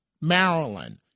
Maryland